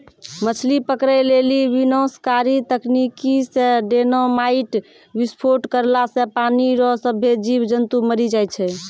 मछली पकड़ै लेली विनाशकारी तकनीकी से डेनामाईट विस्फोट करला से पानी रो सभ्भे जीब जन्तु मरी जाय छै